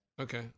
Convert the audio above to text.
okay